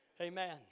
Amen